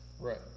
Right